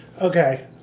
Okay